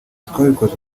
twabikoze